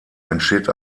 entsteht